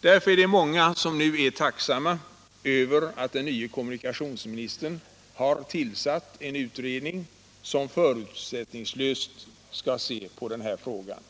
Det är många som nu är tacksamma för att den nye kommunikationsministern har tillsatt en utredning som förutsättningslöst skall se på den här frågan.